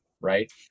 right